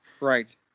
Right